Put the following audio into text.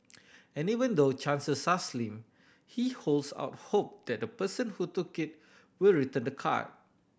and even though chances are slim he holds out hope that the person who took it will return the card